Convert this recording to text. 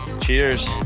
Cheers